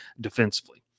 defensively